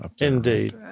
Indeed